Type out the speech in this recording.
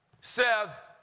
says